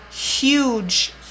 huge